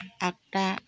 आगदा